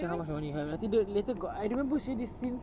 check how much money you have nanti dia later got I remember seh this scene